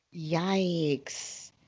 Yikes